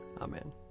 Amen